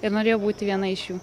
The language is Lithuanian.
ir norėjau būti viena iš jų